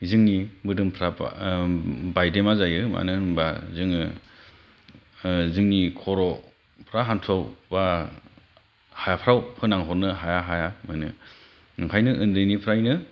जोंनि मोदोमफ्रा बायदेमा जायो मानो होनबा जोङो जोंनि खर'फ्रा हान्थुआव बा हाफोराव फोनांहरनो हाया हाया मोनो ओंखायनो उन्दैनिफ्रायनो